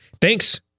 thanks